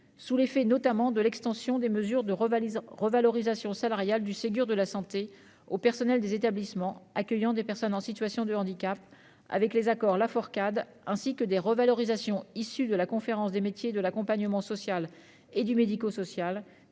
sous l'effet notamment de l'extension des mesures de revalorisation salariale du Ségur de la santé au personnel des établissements accueillant des personnes en situation de handicap, avec les accords Laforcade, ainsi que des revalorisations issues de la conférence des métiers de l'accompagnement social et du médico-social,